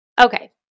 Okay